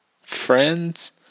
friends